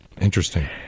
Interesting